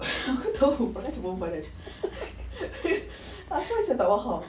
aku tahu perangai macam perempuan kan aku macam tak faham